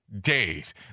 days